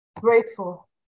Grateful